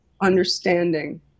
understanding